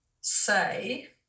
say